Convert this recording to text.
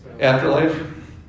Afterlife